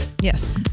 Yes